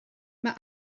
mae